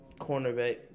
cornerback